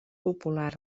popular